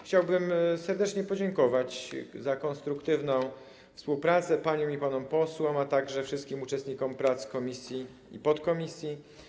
Chciałbym serdecznie podziękować za konstruktywną współpracę paniom i panom posłom, a także wszystkim uczestnikom prac komisji i podkomisji.